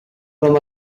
from